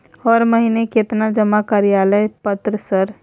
हर महीना केतना जमा कार्यालय पत्र सर?